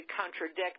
contradict